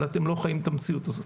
אתם לא חיים את המציאות הזאת.